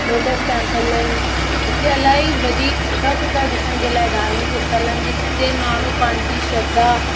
lotus Temple आहिनि हिते अलाई वधीक सुठा सुठा ॾिसण जे लाइ धार्मिक स्थल आहिनि जिते माण्हू पंहिंजी श्रद्धा